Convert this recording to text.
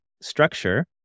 structure